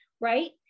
right